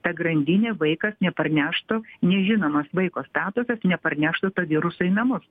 ta grandinė vaikas neparneštų nežinomas vaiko statusas neparneštų to viruso į namus